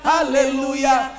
Hallelujah